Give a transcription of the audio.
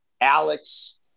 Alex